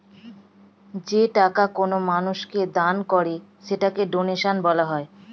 যেই টাকা কোনো মানুষ দান করে সেটাকে ডোনেশন বলা হয়